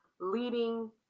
leading